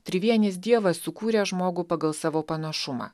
trivienis dievas sukūrė žmogų pagal savo panašumą